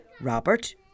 Robert